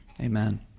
Amen